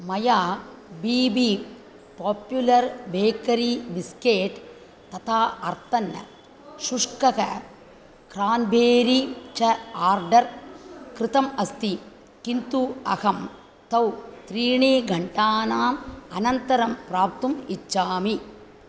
मया B B popular bakery biscuit तथा अर्तन् शुष्कः क्रान्बेरी च आर्डर् कृतम् अस्ति किन्तु अहं तौ त्रीणि घण्टानाम् अनन्तरं प्राप्तुम् इच्छामि